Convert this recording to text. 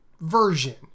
version